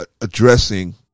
addressing